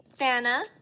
Fanna